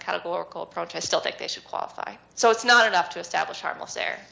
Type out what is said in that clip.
categorical protests still that they should qualify so it's not enough to establish harmless there